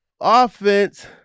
offense